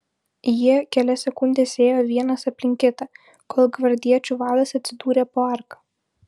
jie kelias sekundes ėjo vienas aplink kitą kol gvardiečių vadas atsidūrė po arka